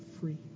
free